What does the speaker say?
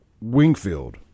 Wingfield